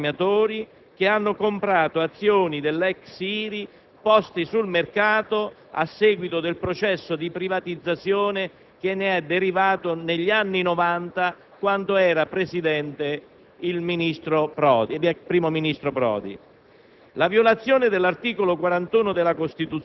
quello verso gli azionisti, piccoli risparmiatori, che hanno comprato azioni dell'ex IRI poste sul mercato a seguito del processo di privatizzazione che ne è derivato negli anni '90, quando era primo ministro Prodi.